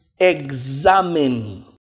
examine